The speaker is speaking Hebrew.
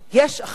יש אכן,